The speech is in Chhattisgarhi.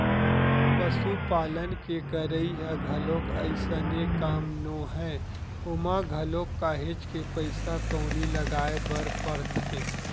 पसुपालन के करई ह घलोक अइसने काम नोहय ओमा घलोक काहेच के पइसा कउड़ी लगाय बर परथे